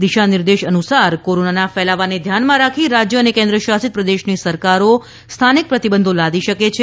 દિશા નિર્દેશ અનુસાર કોરોનાના ફેલાવાને ધ્યાનમાં રાખી રાજ્ય અને કેન્દ્રશાસિત પ્રદેશની સરકારો સ્થાનિક પ્રતિબંધો લાદી શકે છે